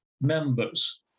members